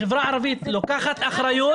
החברה הערבית לוקחת אחריות,